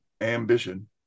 ambition